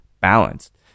balanced